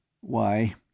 Why